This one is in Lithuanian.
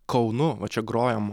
kaunu va čia grojom